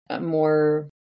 more